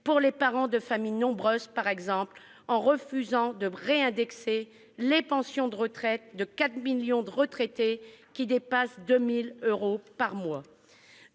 pour les parents de familles nombreuses, ou encore en refusant de réindexer les pensions de retraite de 4 millions de retraités qui dépassent 2 000 euros par mois.